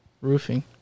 roofing